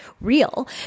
real